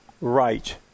right